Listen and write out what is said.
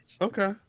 Okay